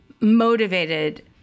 motivated